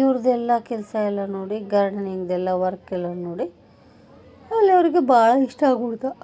ಇವ್ರದ್ದೆಲ್ಲ ಕೆಲಸ ಎಲ್ಲ ನೋಡಿ ಗಾರ್ಡನಿಂಗ್ದೆಲ್ಲ ವರ್ಕೆಲ್ಲ ನೋಡಿ ಎಲ್ಲರಿಗೂ ಭಾಳ ಇಷ್ಟ ಆಗಿಬಿಡ್ತು